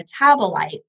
metabolite